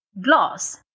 Gloss